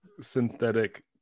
synthetic